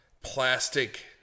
plastic